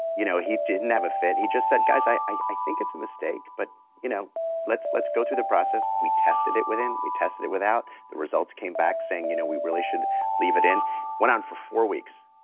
you know, he didn't have a fit. he just said, guys, i i think it's a mistake, but you know let's let's go through the process. we tested it with it in, we tested it without. the results came back saying, you know, we really should leave it in. it went on for four weeks.